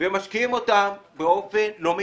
ויש שנים שזה --- אבל מיקי,